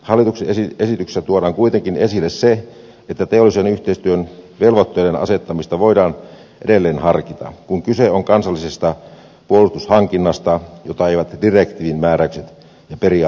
hallituksen esityksessä tuodaan kuitenkin esille se että teollisen yhteistyön velvoitteiden asettamista voidaan edelleen harkita kun kyse on kansallisesta puolustushankinnasta jota eivät direktiivimääräykset ja periaatteet koske